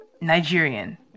Nigerian